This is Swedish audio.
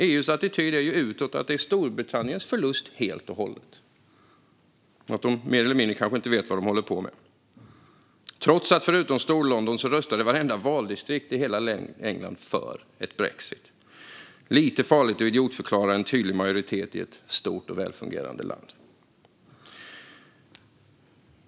EU:s attityd utåt är att det helt och hållet är Storbritanniens förlust och att man där kanske inte riktigt vet vad man håller på med, trots att vartenda valdistrikt i hela England, förutom Storlondon, röstade för brexit. Det är lite farligt att idiotförklara en tydlig majoritet i ett stort och välfungerande land.